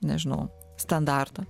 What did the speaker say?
nežinau standarto